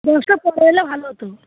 দশটার পরে এলে ভালো হতো